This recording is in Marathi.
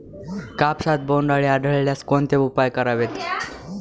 कापसात बोंडअळी आढळल्यास कोणते उपाय करावेत?